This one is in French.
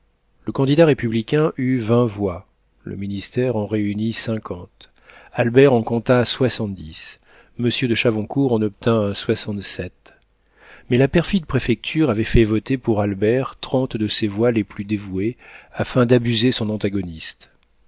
le candidat républicain eut vingt voix le ministère en réunit cinquante albert en compta soixante-dix monsieur de chavoncourt en obtint soixante-sept mais la perfide préfecture avait fait voter pour albert trente de ses voix les plus dévouées afin d'abuser son antagoniste